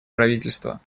правительства